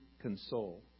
console